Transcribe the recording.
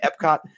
Epcot